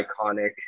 iconic